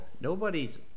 Nobody's